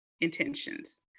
intentions